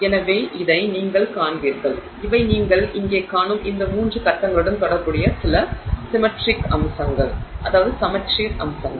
எனவே இதை நீங்கள் காண்பீர்கள் இவை நீங்கள் இங்கே காணும் இந்த மூன்று கட்டங்களுடன் தொடர்புடைய சில சிம்மெட்ரி அம்சங்கள்